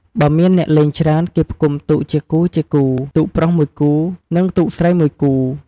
បើមានអ្នករលេងច្រើនគេផ្គុំទូកជាគូៗ ទូកប្រុស ១មួយគូ និងទូកស្រី ១ មួយគូ។